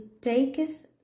taketh